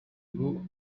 ubu